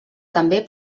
també